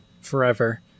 forever